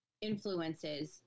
influences